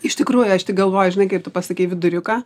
iš tikrųjų aš tik galvoju žinai kai tu pasakei viduriuką